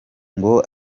ngo